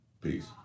Peace